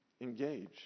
engage